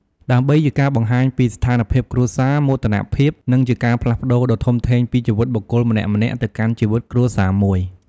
ដើម្បីជាការបង្ហាញពីស្ថានភាពគ្រួសារ មោទនភាព និងជាការផ្លាស់ប្តូរដ៏ធំធេងពីជីវិតបុគ្គលម្នាក់ៗ ទៅកាន់ជីវិតគ្រួសារមួយ។